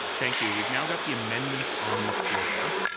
thank you. we've now got the amendment on the floor.